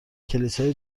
کلیسای